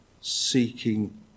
seeking